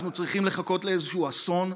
אנחנו צריכים לחכות לאיזשהו אסון?